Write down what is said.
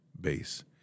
base